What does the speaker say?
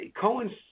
Cohen's